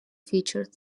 featured